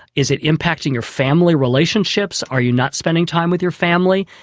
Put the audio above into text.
is it impacting your family relationships, are you not spending time with your family,